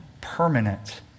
permanent